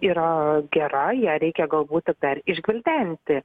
yra gera ją reikia galbūt tik dar išgvildenti